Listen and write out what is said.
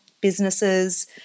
businesses